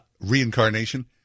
reincarnation